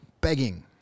begging